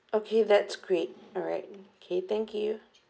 okay that's great alright okay thank you